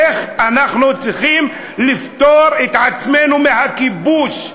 של איך אנחנו צריכים לפטור את עצמנו מהכיבוש.